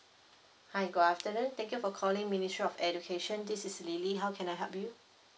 hi good afternoon thank you for calling ministry of education this is lily how can I help you